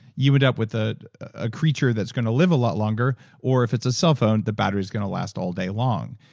you end up with a creature that's going to live a lot longer or if it's a cell phone, the battery's going to last all day long.